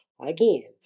Again